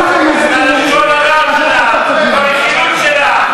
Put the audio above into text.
בלשון הרע שלה, ברכילות שלה,